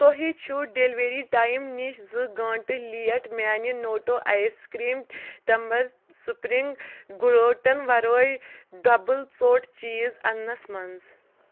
تۄہہِ چھِو delivery time نِش زٕ گٲنٛٹہٕ لیٹ میٛانہِ نوٹو آیِس کرٛیٖم تَمبَر سُپرِنٛگ گلوٹٕن ورٲے ڈَبٕل ژوٚٹ چیٖز اَننَس منٛز